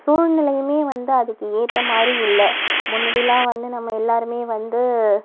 சூழ்நிலையுமே வந்து அதுக்கு ஏத்தமாதிரி இல்லை முன்னாடி எல்லாம் வந்து நம்ம எல்லாருமே வந்து